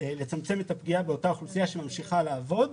לצמצם את הפגיעה באותה אוכלוסייה שממשיכה לעבוד.